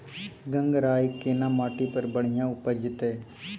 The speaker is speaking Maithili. गंगराय केना माटी पर बढ़िया उपजते?